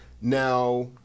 Now